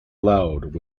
loud